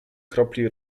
kropli